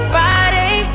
Friday